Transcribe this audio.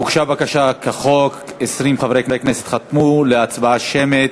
הוגשה בקשה כחוק, 20 חברי כנסת חתמו להצבעה שמית.